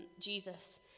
Jesus